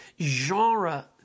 genre